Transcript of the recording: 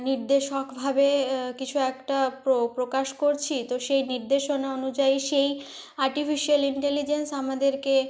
নির্দেশকভাবে কিছু একটা প্রকাশ করছি তো সেই নির্দেশনা অনুযায়ী সেই আর্টিফিশিয়াল ইন্টেলিজেন্স আমাদেরকে